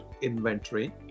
inventory